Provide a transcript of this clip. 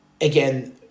again